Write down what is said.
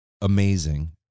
amazing